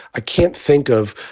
i can't think of,